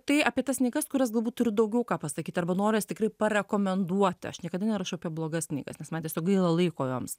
tai apie tas knygas kurias galbūt turiu daugiau ką pasakyt arba noras tikrai parekomenduoti aš niekada nerašau apie blogas knygas nes man tiesiog gaila laiko joms